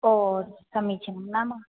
ओ समीचिनं नाम